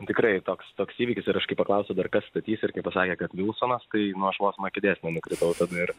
tikrai toks toks įvykis ir aš kai paklausiau dar kas statys ir kai pasakė kad vilsonas tai vos vos nuo kėdės nenukritau tada ir